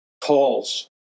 calls